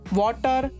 water